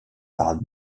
par